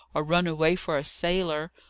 or run away for a sailor!